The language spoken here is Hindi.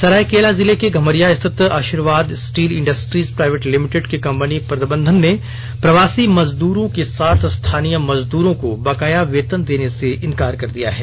सरायकेला जिले के गम्हरिया स्थित Ashirwad steel industries private limited company प्रबंधन ने प्रवासी मजदूरों के साथ स्थानीय मजदूरों को बकाया वेतन देने से इनकार कर दिया है